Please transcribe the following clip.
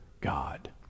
God